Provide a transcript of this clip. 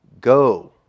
go